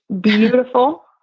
beautiful